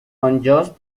unjust